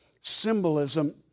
symbolism